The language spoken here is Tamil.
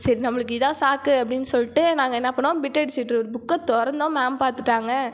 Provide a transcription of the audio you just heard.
சரி நம்மளுக்கு இதுதான் சாக்கு அப்படினு சொல்லிட்டு நாங்க என்ன பண்ணோம் பிட் அடித்துட்டு இருந் புக்கை திறந்தோம் மேம் பார்த்துட்டாங்க